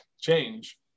change